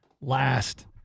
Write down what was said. last